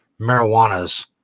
marijuanas